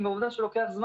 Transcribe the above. שמוע שמעת.